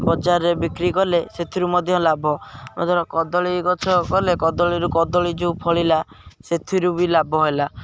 ବଜାରରେ ବିକ୍ରି କଲେ ସେଥିରୁ ମଧ୍ୟ ଲାଭ ଧର କଦଳୀ ଗଛ କଲେ କଦଳୀରୁ କଦଳୀ ଯେଉଁ ଫଳିଲା ସେଥିରୁ ବି ଲାଭ ହେଲା